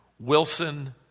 Wilson